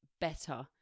better